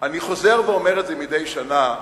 אני חוזר ואומר מדי שנה,